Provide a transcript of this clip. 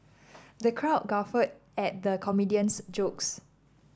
the crowd guffawed at the comedian's jokes